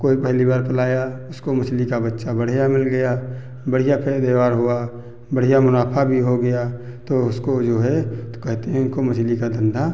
कोई पहली बार पलाया उसको मछली का बच्चा बढ़िया मिल गया बढ़िया पैदेवार हुआ बढ़िया मुनाफ़ा भी हो गया तो उसको जो है तो कहते हैं उनको मछली का धंधा